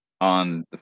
on